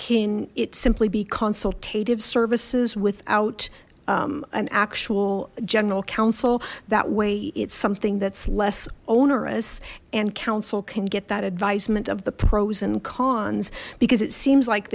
can it simply be consultative services without an actual general counsel that way it's something that's less onerous and council can get that advisement of the pros and cons because it seems like